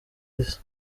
risa